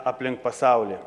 aplink pasaulį